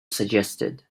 suggested